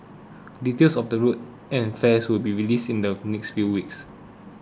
details of the route and fares will be released in the next few weeks